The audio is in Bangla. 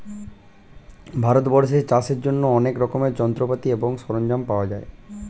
ভারতবর্ষে চাষের জন্য অনেক রকমের যন্ত্রপাতি এবং সরঞ্জাম পাওয়া যায়